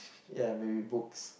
ya maybe books